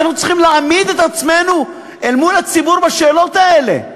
שאנחנו צריכים להעמיד את עצמנו אל מול הציבור בשאלות האלה.